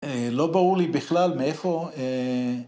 ‫לא ברור לי בכלל מאיפה...